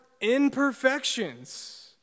imperfections